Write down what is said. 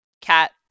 cat